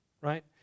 right